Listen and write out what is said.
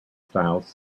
styles